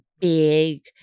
big